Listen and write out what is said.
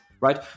right